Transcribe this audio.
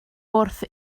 wrth